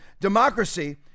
democracy